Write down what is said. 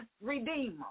redeemer